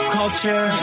culture